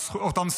אותם,